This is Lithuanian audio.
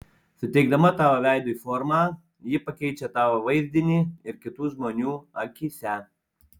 suteikdama tavo veidui formą ji pakeičia tavo vaizdinį ir kitų žmonių akyse